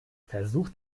versucht